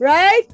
Right